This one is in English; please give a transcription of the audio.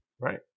right